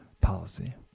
policy